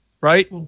right